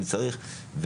אם צריך.